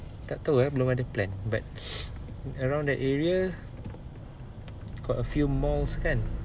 tak tahu eh belum ada plan but around that area got a few malls kan